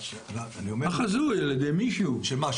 של מה?